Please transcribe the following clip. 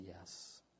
yes